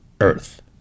Earth